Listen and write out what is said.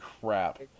crap